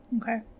Okay